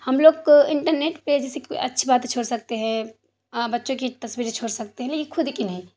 ہم لوگ کو انٹرنیٹ پہ جیسے کوئی اچھی باتیں چھوڑ سکتے ہیں بچوں کی تصویریں چھوڑ سکتے ہیں لیکن خود کی نہیں